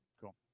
Cool